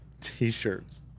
T-shirts